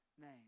name